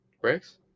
Bricks